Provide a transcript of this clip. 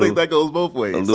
that goes both ways. a